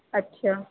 अछा